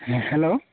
ᱦᱮᱸ ᱦᱮᱞᱳ